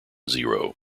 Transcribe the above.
zero